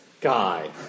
guy